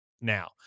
now